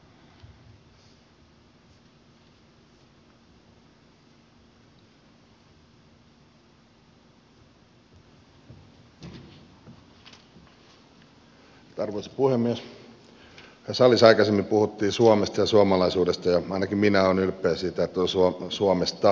tässä salissa aikaisemmin puhuttiin suomesta ja suomalaisuudesta ja ainakin minä olen ylpeä siitä että olen suomesta ja suomalainen